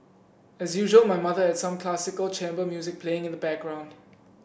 as usual my mother had some classical chamber music playing in the background